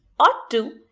ought to,